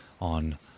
on